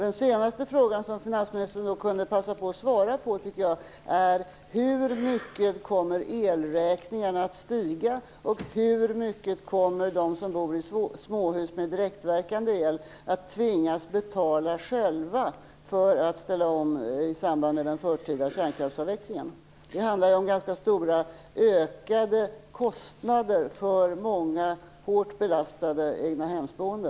De senaste frågorna, som finansministern nu kunde passa på att svara på tycker jag, är: Hur mycket kommer elräkningarna att stiga, och hur mycket kommer de som bor i småhus med direktverkande el att tvingas betala själva för att ställa om sin el i samband med den förtida kärnkraftsavvecklingen? Det handlar ju om ganska stora ökade kostnader för många hårt belastade egnahemsboende.